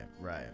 right